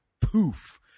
poof